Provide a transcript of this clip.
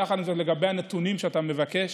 יחד עם זאת, לגבי הנתונים שאתה מבקש,